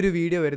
video